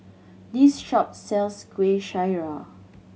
this shop sells Kueh Syara